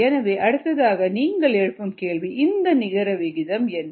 எனவே அடுத்ததாக நீங்கள் எழுப்பும் கேள்வி இதன் நிகர விகிதம் என்ன